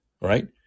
Right